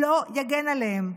לא יגן עליהם,